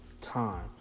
time